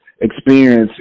experience